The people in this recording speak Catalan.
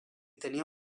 tenia